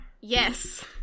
Yes